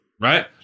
right